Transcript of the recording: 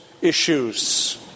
issues